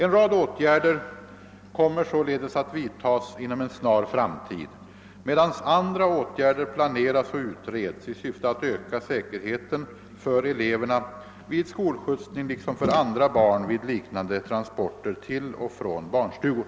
En rad åtgärder kommer således att vidtas inom en snar framtid medan andra åtgärder planeras och utreds i syfte att öka säkerheten för eleverna vid skolskjutsning liksom för andra barn vid liknande transporter till och från barnstugor.